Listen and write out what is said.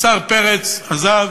השר פרץ עזב,